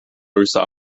rusa